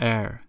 Air